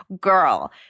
girl